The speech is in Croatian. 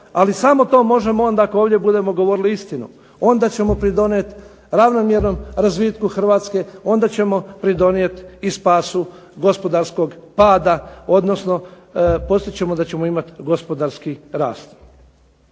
ali samo to možemo ako budemo govorili istinu. Onda ćemo pridonijeti ravnomjernom razvitku Hrvatske, onda ćemo pridonijeti padu gospodarskog pada odnosno postići ćemo da imamo gospodarski rast.